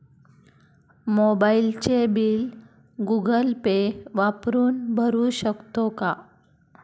मोबाइलचे bill Google Pay वापरून भरू शकतो का?